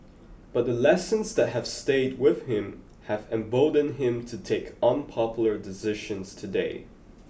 but the lessons that have stayed with him have emboldened him to take unpopular decisions today